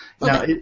Now